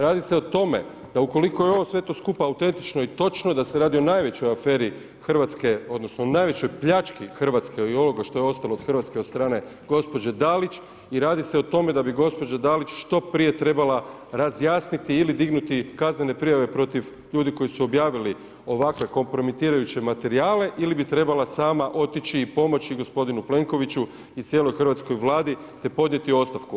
Radi se o tome da ukoliko je sve to skupa autentično i točno da se radi o najvećoj aferi Hrvatske odnosno o najvećoj pljački Hrvatske i ovoga što je ostalo od Hrvatske od strane gospođe Dalić, i radi se o tome da bi gospođa Dalić što prije trebala razjasniti ili dignuti kaznene prijave protiv ljudi koji su objavili ovakve kompromitirajuće materijale ili bi trebala sama otići i pomoći gospodinu Plenkoviću i cijeloj hrvatskoj Vladi te podnijeti ostavku.